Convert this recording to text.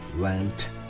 went